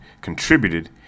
contributed